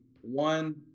one